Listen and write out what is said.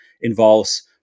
involves